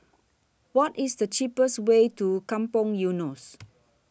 What IS The cheapest Way to Kampong Eunos